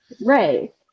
right